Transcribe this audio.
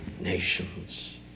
nations